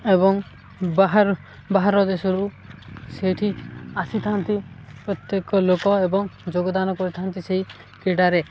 ଏବଂ ବାହାର ବାହାର ଦେଶରୁ ସେଇଠି ଆସିଥାନ୍ତି ପ୍ରତ୍ୟେକ ଲୋକ ଏବଂ ଯୋଗଦାନ କରିଥାନ୍ତି ସେଇ କ୍ରୀଡ଼ାରେ